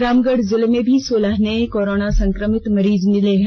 रामगढ़ जिले में भी सोलह नये कोरोना संक्रमित मरीज मिले है